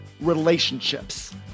relationships